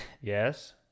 yes